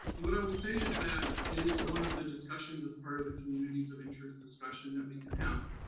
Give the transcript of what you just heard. what i would say is that it is one of the discussions as part of the communities of interest discussion that we can have.